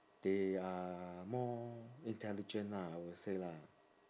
they are more intelligent lah I would say lah